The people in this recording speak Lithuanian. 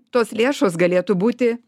tos lėšos galėtų būti